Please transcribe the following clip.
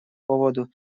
поводу